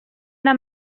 una